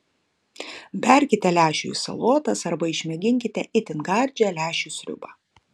berkite lęšių į salotas arba išmėginkite itin gardžią lęšių sriubą